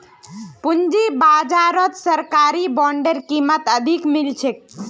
पूंजी बाजारत सरकारी बॉन्डेर कीमत अधिक मिल छेक